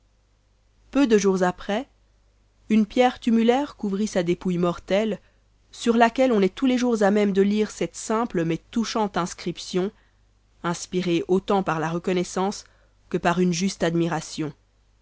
peu de jours après une pierre tumulaire couvrit sa dépouille mortelle sur laquelle on est tous les jours à même de lire cette simple mais touchante inscription inspirée autant par la reconnaissance que par une juste admiration